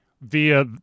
via